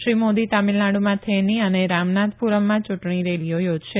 શ્રી મોદી તમીલનાડુમાં થેની અને રામનાથપુરમમાં ચુંટણી રેલીઓ યોજશે